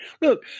Look